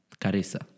Carissa